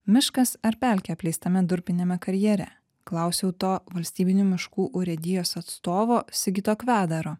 miškas ar pelkė apleistame durpiniame karjere klausiau to valstybinių miškų urėdijos atstovo sigito kvedaro